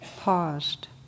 paused